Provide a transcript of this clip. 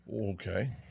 Okay